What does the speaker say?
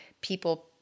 people